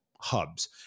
hubs